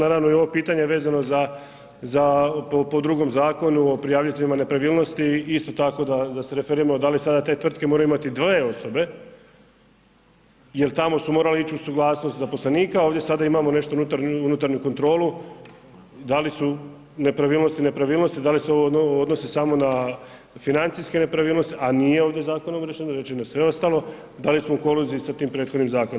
Naravno i ovo pitanje vezano za po drugom Zakonu o prijaviteljima nepravilnosti isto tako da se referiramo da li sada te tvrtke moraju imati dvije osobe, jer tamo su morale ići u suglasnost zaposlenika a ovdje sada imamo nešto unutarnju kontrolu, da li su nepravilnosti nepravilnosti, da li se ovo odnosi samo na financijske nepravilnosti a nije ovdje zakonom riješeno, riješeno je sve ostalo, da li smo u koliziji sa tim prethodnim zakonom.